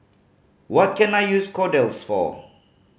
what can I use Kordel's for